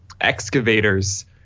excavators